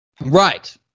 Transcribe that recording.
Right